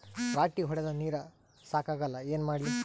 ರಾಟಿ ಹೊಡದ ನೀರ ಸಾಕಾಗಲ್ಲ ಏನ ಮಾಡ್ಲಿ?